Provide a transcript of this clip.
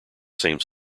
same